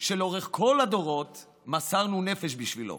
שלאורך כל הדורות מסרנו נפש בשבילו.